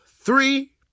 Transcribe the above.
three